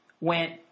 went